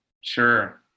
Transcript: Sure